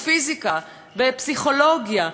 פיזיקה ופסיכולוגיה.